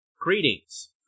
greetings